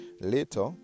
later